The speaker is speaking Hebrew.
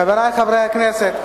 חברי חברי הכנסת,